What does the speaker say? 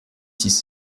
six